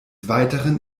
weiteren